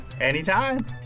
Anytime